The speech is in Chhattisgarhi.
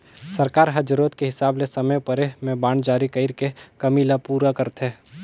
सरकार ह जरूरत के हिसाब ले समे परे में बांड जारी कइर के कमी ल पूरा करथे